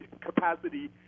capacity